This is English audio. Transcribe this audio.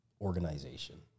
organization